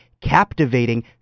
captivating